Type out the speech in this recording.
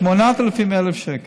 מ-8,000 ל-1,000 שקל.